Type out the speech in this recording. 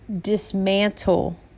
dismantle